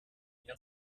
unió